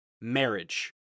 marriage